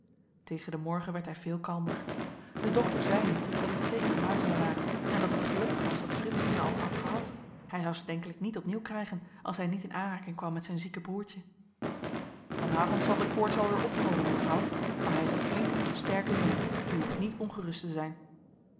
tegen den morgen werd hij veel kalmer de dokter zei nu dat het zeker mazelen waren en dat het gelukkig was dat frits ze al had gehad hij zou ze denkelijk niet opnieuw krijgen als hij niet in aanraking kwam met zijn zieke broertje van avond zal de koorts wel weer opkomen mevrouw maar hij is een flinke sterke jongen u hoeft niet ongerust te zijn